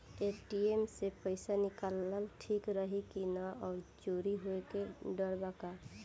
ATM से पईसा निकालल ठीक रही की ना और चोरी होये के डर बा का?